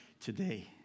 today